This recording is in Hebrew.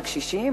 על קשישים,